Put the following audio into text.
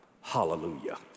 hallelujah